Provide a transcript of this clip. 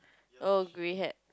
oh grey hat